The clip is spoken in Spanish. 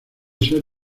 ser